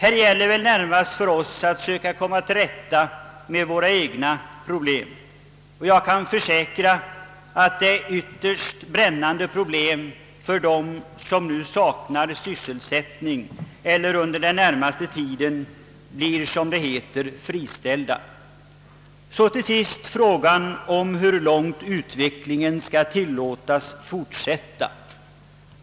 Här gäller det närmast för oss att söka komma till rätta med våra egna problem, och jag kan försäkra att dessa ter sig ytterst brännande för dem som nu saknar sysselsättning eller under den närmaste tiden blir friställda. Så till sist frågan om hur långt utvecklingen skall tillåtas fortsätta.